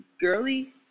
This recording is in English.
girly